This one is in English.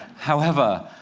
however,